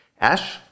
Ash